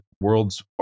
world's